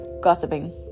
Gossiping